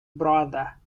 brother